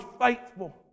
faithful